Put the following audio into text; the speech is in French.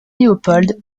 léopold